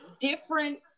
different